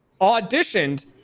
auditioned